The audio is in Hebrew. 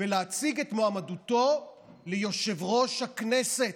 להציג את מועמדותו ליושב-ראש הכנסת,